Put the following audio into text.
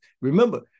Remember